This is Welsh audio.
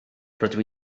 rydw